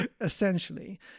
essentially